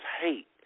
hate